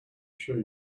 show